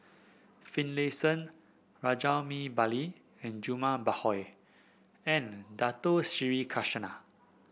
Finlayson Rajabali and Jumabhoy and Dato Sri Krishna